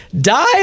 Die